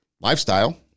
lifestyle